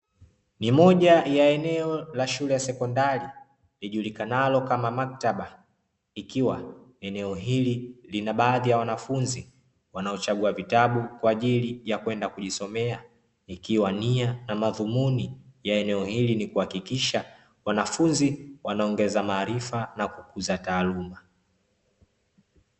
Ni moja ya eneo la shule ya sekondari, lijulikanalo kama maktaba ikiwa eneo hili lina baadhi ya wanafunzi wanaochagua vitabu kwa ajili ya kwenda kujisomea, ikiwa nia na madhumuni ya eneo hili ni kuhakikisha wanafunzi wanaongeza maarifa na kukuza taaluma.